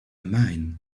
man